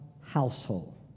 household